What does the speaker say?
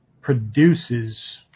produces